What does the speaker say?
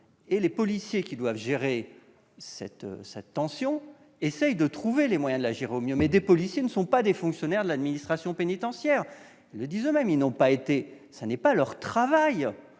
et les policiers qui doivent gérer ces problèmes essaient de trouver les moyens d'agir au mieux. Mais les policiers ne sont pas des fonctionnaires de l'administration pénitentiaire. Ils le disent eux-mêmes : ce n'est pas leur travail